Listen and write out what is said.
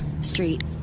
Street